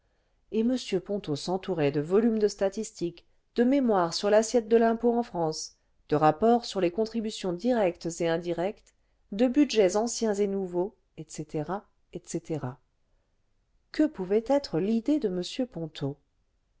et m ponto s'entourait de volumes de statistique de mémoires sur l'assiette de l'impôt en france de rapports sur les contributions directes et indirectes de budgets anciens et nouveaux etc etc que pouvait être l'idée de m ponto